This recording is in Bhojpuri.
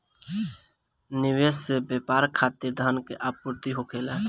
निवेश से व्यापार खातिर धन के आपूर्ति होखेला